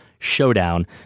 Showdown